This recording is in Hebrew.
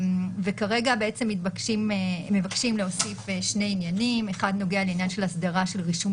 כרגע מבקשים להוסיף שני עניינים: אחד נוגע לעניין הסדרה של רישום